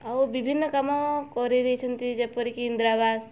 ଆଉ ବିଭିନ୍ନ କାମ କରିଦେଇଛନ୍ତି ଯେପରି କି ଇନ୍ଦିରା ଆବାସ